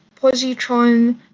positron